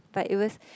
but it was